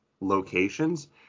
locations